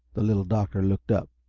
the little doctor looked up.